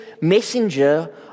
messenger